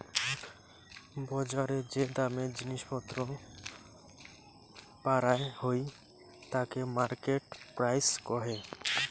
বজারে যে দামে জিনিস পত্র পারায় হই তাকে মার্কেট প্রাইস কহে